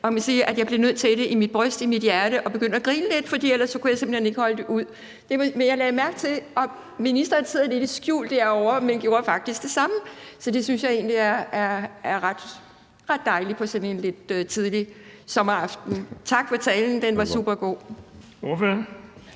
Jeg må sige, at jeg blev nødt til i mit bryst og i mit hjerte at begynde at grine lidt, for ellers kunne jeg simpelt hen ikke holde det ud. Og jeg lagde mærke til, at ministeren, og ministeren sidder lidt i skjul derovre, faktisk gjorde det samme, så det synes jeg egentlig er ret dejligt på sådan en lidt tidlig sommeraften. Tak for talen. Den var super god.